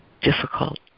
difficult